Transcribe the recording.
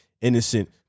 innocent